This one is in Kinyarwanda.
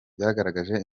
byagaragaje